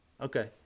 Okay